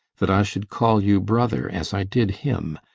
that i should call you brother, as i did him,